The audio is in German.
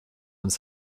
uns